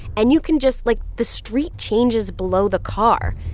and you can just like, the street changes below the car.